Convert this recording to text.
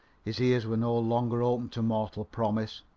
his ears were no longer open to mortal promise,